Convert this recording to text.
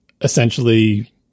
essentially